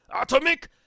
atomic